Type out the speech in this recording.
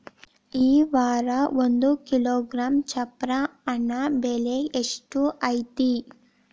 ಈ ವಾರ ಒಂದು ಕಿಲೋಗ್ರಾಂ ಚಪ್ರ ಹಣ್ಣ ಬೆಲೆ ಎಷ್ಟು ಐತಿ?